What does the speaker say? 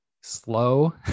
slow